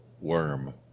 Worm